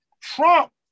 Trump